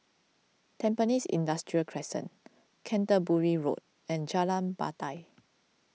Tampines Industrial Crescent Canterbury Road and Jalan Batai